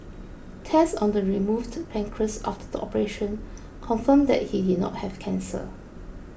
tests on the removed pancreas after the operation confirmed that he did not have cancer